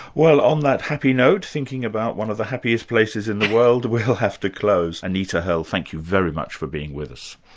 well on that happy note, thinking about one of the happiest places in the world, we'll have to close anita herle, thank you very much for being with us.